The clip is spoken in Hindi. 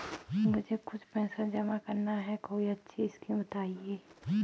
मुझे कुछ पैसा जमा करना है कोई अच्छी स्कीम बताइये?